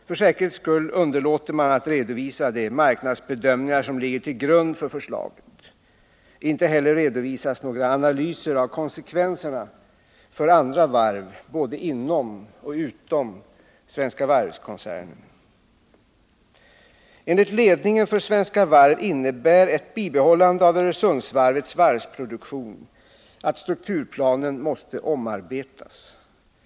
För säkerhets skull underlåter man att redovisa de marknadsbedömningar som ligger till grund för förslaget. Inte heller redovisas några analyser av konsekvenserna för andra varv, varken inom eller utom Svenska Varv-koncernen. Enligt ledningen för Svenska Varv innebär ett bibehållande av Öresundsvarvets varvsproduktion att strukturplanen måste omarbetas.